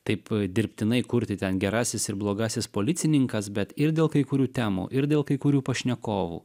taip dirbtinai kurti ten gerasis ir blogasis policininkas bet ir dėl kai kurių temų ir dėl kai kurių pašnekovų